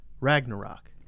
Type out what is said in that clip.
Ragnarok